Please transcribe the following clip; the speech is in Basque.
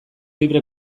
libre